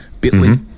Bit.ly